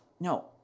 No